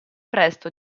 presto